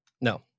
No